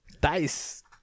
Dice